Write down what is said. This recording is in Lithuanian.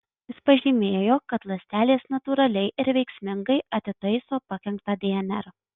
jis pažymėjo kad ląstelės natūraliai ir veiksmingai atitaiso pakenktą dnr